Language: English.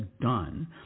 done